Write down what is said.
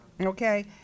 okay